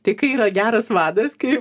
tai kai yra geras vadas kai